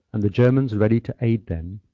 and the germans ready to aid them,